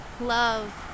love